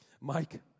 Mike